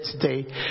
today